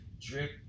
drip